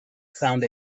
found